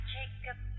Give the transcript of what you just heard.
Jacob